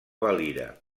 valira